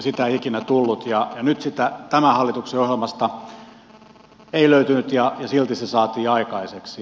sitä ei ikinä tullut ja nyt sitä tämän hallituksen ohjelmasta ei löytynyt ja silti se saatiin aikaiseksi